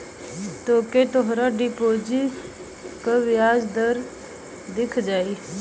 तोके तोहार डिपोसिट क बियाज दर दिख जाई